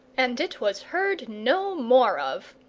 and it was heard no more of.